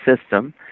system